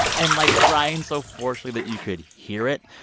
and, like, crying so forcefully that you could hear it.